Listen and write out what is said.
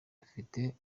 dufite